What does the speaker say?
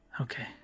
okay